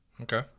Okay